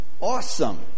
Awesome